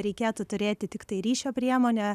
reikėtų turėti tiktai ryšio priemonę